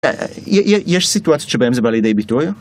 יש סיטואציות שבהם זה בא לידי ביטוי